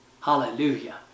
hallelujah